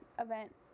event